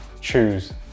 choose